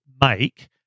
make